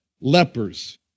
lepers